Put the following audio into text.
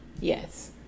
Yes